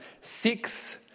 six